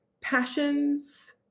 passions